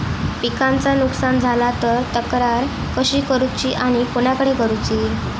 पिकाचा नुकसान झाला तर तक्रार कशी करूची आणि कोणाकडे करुची?